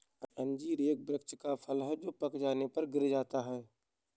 अंजीर एक वृक्ष का फल है जो पक जाने पर गिर जाता है